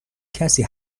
کسی